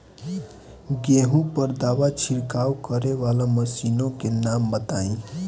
गेहूँ पर दवा छिड़काव करेवाला मशीनों के नाम बताई?